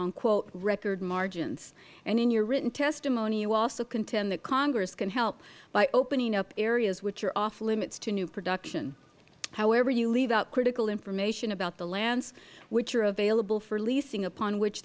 out record margins and in your written testimony you also contend that congress can help by opening up areas which are off limits to new production however you leave out critical information about the lands which are available for leasing upon which